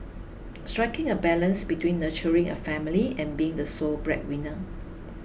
striking a balance between nurturing a family and being the sole breadwinner